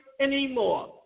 anymore